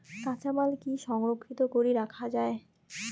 কাঁচামাল কি সংরক্ষিত করি রাখা যায়?